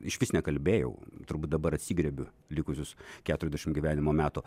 išvis nekalbėjau turbūt dabar atsigriebiu likusius keturiasdešimt gyvenimo metų